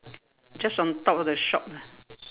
just on top of the shop lah